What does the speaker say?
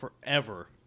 forever